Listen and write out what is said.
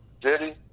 Diddy